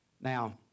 Now